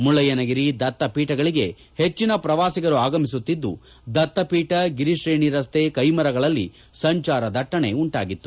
ಮುಳ್ಳಯ್ಥನಗಿರಿ ದತ್ತ ಪೀಠಗಳಿಗೆ ಹೆಚ್ಚಿನ ಪ್ರವಾಸಿಗರು ಆಗಮಿಸುತ್ತಿದ್ದು ದತ್ತ ಪೀಠ ಗಿರಿ ಶ್ರೇಣಿ ರಸ್ತೆ ಕೈ ಮರಗಳಲ್ಲಿ ಸಂಚಾರ ದಟ್ಟಣೆ ಉಂಟಾಗಿತ್ತು